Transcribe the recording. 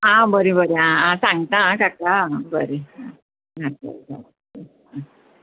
आ बरें बरें आ सांगता आं काका बरें आ बरें बरें आ